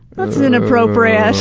that's inappropriate.